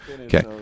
Okay